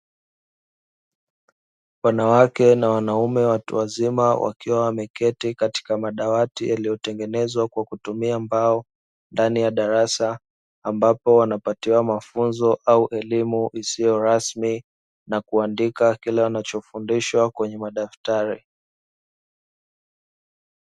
Wanawake na wanaume watu wazima wakiwa wameketi katika madawati yaliyotengenezwa kwa kutumia mbao ndani ya darasa, ambapo wanapatiwa mafunzo au elimu isiyo rasmi na kuandika kile wanachofundishwa kwenye madaftari.